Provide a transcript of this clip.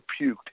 puked